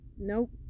nope